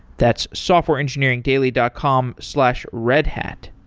that's softwareengineeringdaily dot com slash redhat.